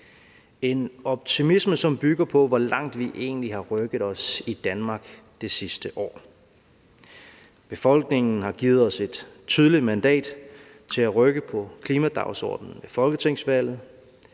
en optimisme, som bygger på, hvor langt vi egentlig har rykket os i Danmark det sidste år. Befolkningen har ved folketingsvalget tydeligt givet os et mandat til at rykke på klimadagsordenen, og Folketingets